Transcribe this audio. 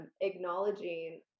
acknowledging